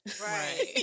Right